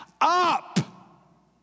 up